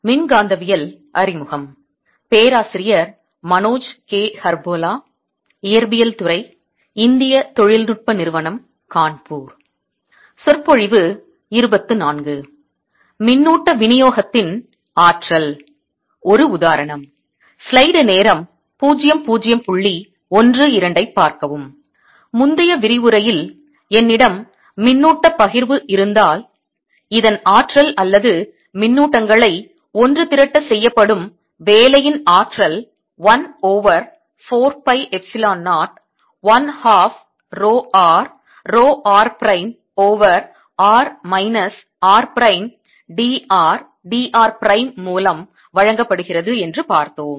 மின்னூட்டப் பரவலின் விநியோகத்தின் ஆற்றல் - II ஒரு உதாரணம் முந்தைய விரிவுரையில் என்னிடம் மின்னூட்டப் பகிர்வு இருந்தால் இதன் ஆற்றல் அல்லது மின்னூட்டங்களை ஒன்று திரட்ட செய்யப்படும் வேலையின் ஆற்றல் 1 over 4 pi epsilon 0 1 half rho r rho r prime over r minus r prime d r d r prime மூலம் வழங்கப்படுகிறது என்று பார்த்தோம்